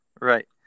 Right